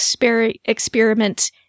experiment